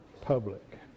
public